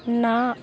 ਨਾ